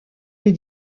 les